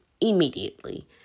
immediately